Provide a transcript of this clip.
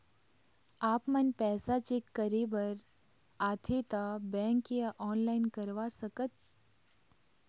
आपमन पैसा चेक करे बार आथे ता बैंक या ऑनलाइन करवा सकत?